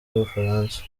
y’ubufaransa